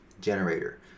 generator